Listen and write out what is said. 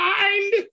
mind